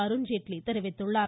அருண்ஜேட்லி தெரிவித்துள்ளார்